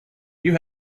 you